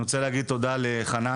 אני רוצה להגיד תודה לחנן,